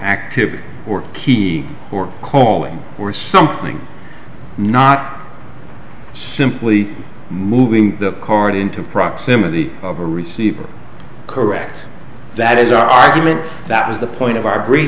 activity or key or calling or something not simply moving the card into proximity of a receiver correct that is our argument that was the point of our